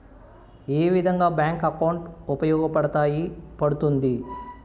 ఏ విధంగా bank account ఉపయోగపడతాయి పడ్తుంది